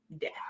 death